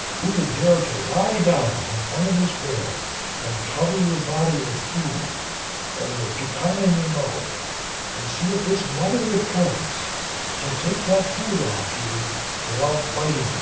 who would dare to lie down in front of this bear and cover your body with food and with a pecan in your mouth and see if this mother with cubs can take their food off you without biting?